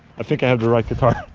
i think i have the right guitar